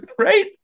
Right